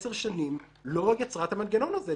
עשר שנים לא יצרה את המנגנון הזה,